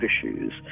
issues